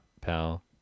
pal